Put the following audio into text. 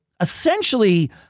essentially